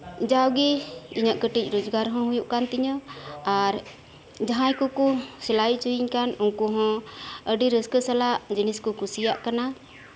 ᱡᱟᱣᱜᱮ ᱤᱧᱟᱹᱜ ᱠᱟᱹᱴᱤᱡ ᱨᱳᱡᱽᱜᱟᱨ ᱦᱚᱸ ᱦᱩᱭᱩᱜ ᱠᱟᱱ ᱛᱤᱧᱟᱹ ᱟᱨ ᱡᱟᱦᱟᱸᱭ ᱠᱚᱠᱚ ᱥᱤᱞᱟᱹᱭ ᱦᱚᱪᱚᱧ ᱠᱷᱟᱱ ᱩᱱᱠᱩ ᱦᱚᱸ ᱟᱹᱰᱤ ᱨᱟᱹᱥᱠᱟᱹ ᱥᱟᱞᱟᱜ ᱡᱤᱱᱤᱥ ᱠᱚ ᱠᱩᱥᱤᱭᱟᱜ ᱠᱟᱱᱟ